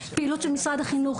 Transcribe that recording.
פעילות של משרד החינוך.